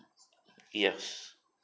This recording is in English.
yes